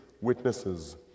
witnesses